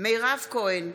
מירב כהן,